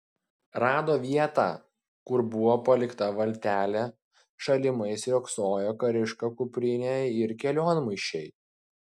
rado vietą kur buvo palikta valtelė šalimais riogsojo kariška kuprinė ir kelionmaišiai